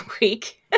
week